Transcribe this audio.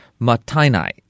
matainai